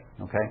Okay